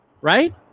Right